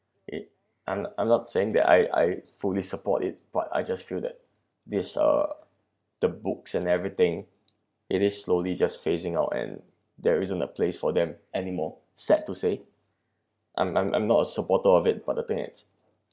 eh I'm I'm not saying that I I fully support it but I just feel that these uh the books and everything it is slowly just phasing out and there isn't a place for them anymore sad to say I'm I'm I'm not a supporter of it but the thing is